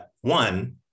one